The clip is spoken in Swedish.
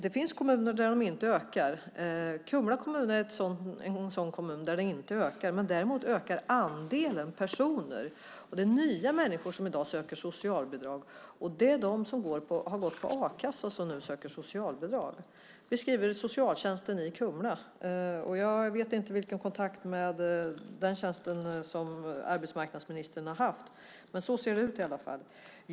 Det finns kommuner där de inte ökar. Kumla kommun är en sådan kommun där de inte ökar, däremot ökar andelen personer, nya människor, som söker socialbidrag. Det är de som har gått på a-kassa och som nu söker socialbidrag. Det beskriver socialtjänsten i Kumla. Jag vet inte vilka kontakter med dem som arbetsmarknadsministern har haft, men så ser det ut i alla fall.